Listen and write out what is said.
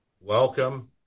Welcome